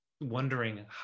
wondering